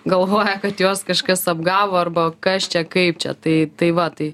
galvoja kad juos kažkas apgavo arba kas čia kaip čia tai tai va tai